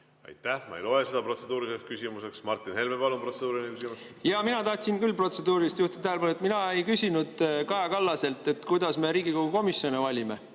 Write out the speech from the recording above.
Aitäh! Ma ei loe seda protseduuriliseks küsimuseks. Martin Helme, palun, protseduuriline küsimus! Jaa, mina tahaksin küll protseduuriliselt juhtida tähelepanu, et mina ei küsinud Kaja Kallaselt, kuidas me Riigikogu komisjone valime.